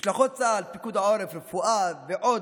משלחות צה"ל, פיקוד העורף, רפואה ועוד,